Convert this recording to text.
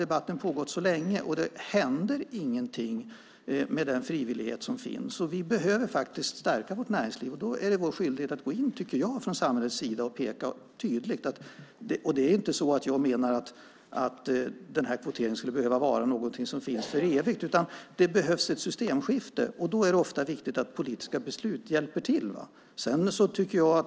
Debatten har pågått länge, men det händer ingenting med den frivillighet som finns. Vi behöver stärka vårt näringsliv, och då tycker jag att det är vår skyldighet att från samhällets sida gå in och tydligt peka på detta. Jag menar inte att kvoteringen skulle behöva finnas för evigt. Det behövs ett systemskifte, och då är det ofta viktigt att hjälpa till genom politiska beslut.